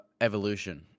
evolution